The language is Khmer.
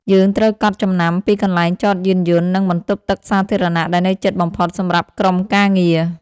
យើងត្រូវកត់ចំណាំពីកន្លែងចតយានយន្ត និងបន្ទប់ទឹកសាធារណៈដែលនៅជិតបំផុតសម្រាប់ក្រុមការងារ។